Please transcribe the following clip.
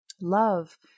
love